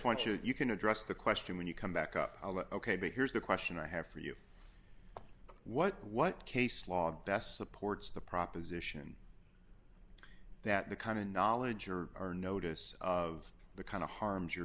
want your you can address the question when you come back up i'll let ok but here's the question i have for you what what case log best supports the proposition that the kind of knowledge your are notice of the kind of harms you're